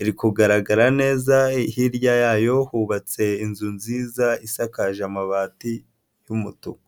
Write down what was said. iri kugaragara neza hirya yayo hubatse inzu nziza isakaje amabati y'umutuku.